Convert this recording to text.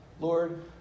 Lord